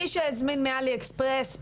מי שהזמין מעלי אקספרס,